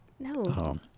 No